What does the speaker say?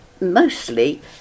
mostly